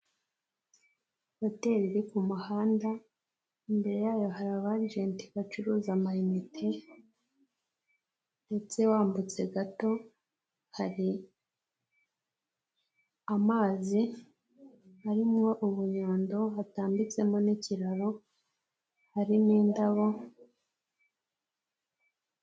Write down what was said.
Hoteri iri ku muhanda, imbere yayo hari aba agenti bacuruza amayinite ndetse wambutse gato hari amazi, arimwo ubundo hatambitsemo n'ikiraro, harimo indabo.